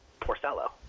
Porcello